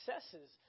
successes